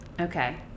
okay